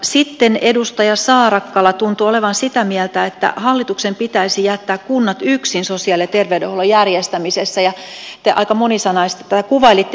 sitten edustaja saarakkala tuntui olevan sitä mieltä että hallituksen pitäisi jättää kunnat yksin sosiaali ja terveydenhuollon järjestämisessä ja te aika monisanaisesti tätä kuvailitte